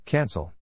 Cancel